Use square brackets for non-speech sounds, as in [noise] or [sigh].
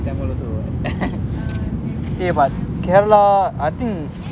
[laughs] okay but kerala I think